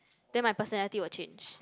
then my personality will change